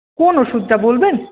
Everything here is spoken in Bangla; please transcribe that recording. কোন ওষুধটা বলবেন